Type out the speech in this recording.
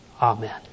Amen